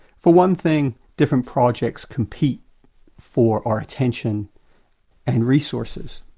for one thing, different projects compete for our attention and resources.